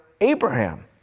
Abraham